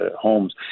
homes